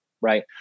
right